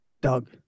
Doug